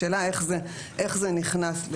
השאלה איך זה נכנס.